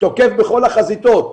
תוקף בכל החזיתות,